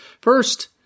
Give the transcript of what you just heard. First